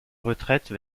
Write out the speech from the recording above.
retraite